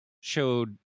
showed